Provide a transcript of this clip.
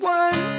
one